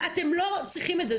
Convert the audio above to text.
אתם לא צריכים את זה.